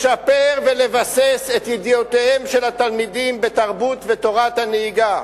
לשפר ולבסס את ידיעותיהם של התלמידים בתרבות ותורת הנהיגה,